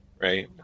right